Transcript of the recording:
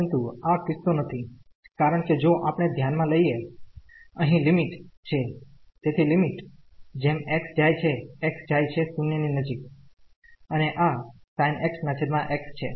પરંતુ આ કિસ્સો નથી કારણ કે જો આપણે ધ્યાન મા લઈએ અહી લિમિટ છે તેથી લિમિટ જેમ x જાય છે x જાય છે 0 ની નજીક અને આ sin x x છે